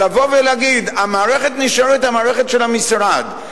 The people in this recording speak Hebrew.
אבל לבוא ולהגיד: המערכת נשארת המערכת של המשרד,